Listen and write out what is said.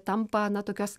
tampa na tokios